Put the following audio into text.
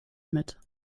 mit